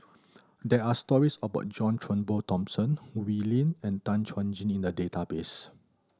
there are stories about John Turnbull Thomson Wee Lin and Tan Chuan Jin in the database